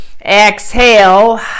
exhale